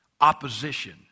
opposition